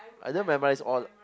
I don't memorise all